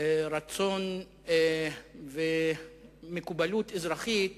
רצון ומקובלות אזרחית